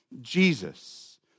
Jesus